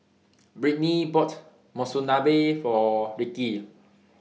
Brittnee bought Monsunabe For Ricki